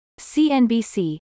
CNBC